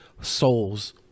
souls